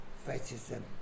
Fascism